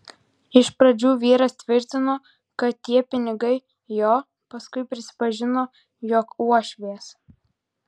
iš pradžių vyras tvirtino kad tie pinigai jo paskui prisipažino jog uošvės